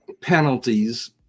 penalties